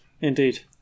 Indeed